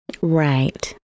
Right